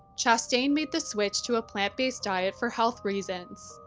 chastain made the switch to a plant-based diet for health reasons.